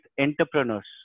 entrepreneurs